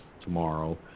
tomorrow